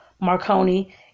Marconi